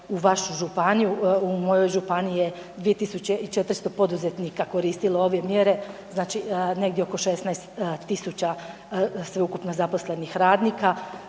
U mojoj županiji je 2400 poduzetnika koristilo ove mjere, znači, negdje oko 16 tisuća sveukupno zaposlenih radnika